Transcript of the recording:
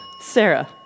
Sarah